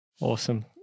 Awesome